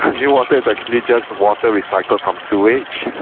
newater is actually just water recycled from sewage.